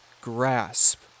grasp